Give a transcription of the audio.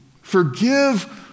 Forgive